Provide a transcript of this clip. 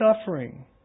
suffering